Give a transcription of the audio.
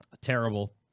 Terrible